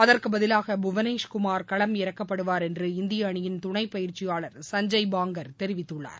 அகுற்கு பதிலாக புவனேஷ்குமார் களம் இறக்கப்படுவார் என்று இந்திய அணியின் துணை பயிற்சியாளர் சுஞ்சய் பாங்கர் தெரிவித்துள்ளார்